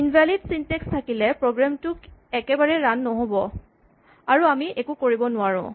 invalid syntax থাকিলে program টো একেবাৰে ৰান নহ'ব আৰু আমি একো কৰিব নোৱাৰোঁ